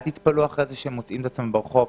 אל תתפלאו אחרי זה שהם מוצאים את עצמם ברחוב,